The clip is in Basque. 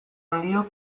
handiok